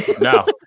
No